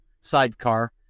sidecar